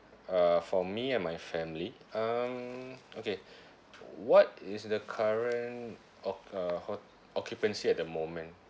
uh for me and my family um okay what is the current oc~ uh ho~ occupancy at the moment